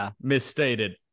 misstated